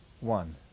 one